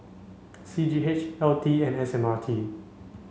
C G H L T and S M R T